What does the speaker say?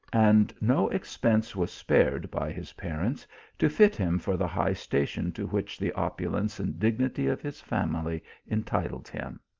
and no ex pense was spared by his parents to fit him for the high station to which the opulence and dignity of his family entitled him.